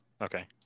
Okay